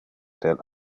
del